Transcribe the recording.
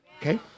Okay